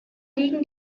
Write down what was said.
liegen